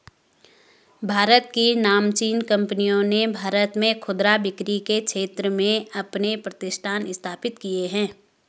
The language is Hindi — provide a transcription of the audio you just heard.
भारत की नामचीन कंपनियों ने भारत में खुदरा बिक्री के क्षेत्र में अपने प्रतिष्ठान स्थापित किए हैं